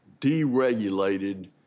deregulated